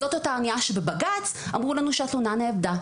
זאת אותה האונייה שבבג"ץ אמרו לנו שהתלונה אבדה,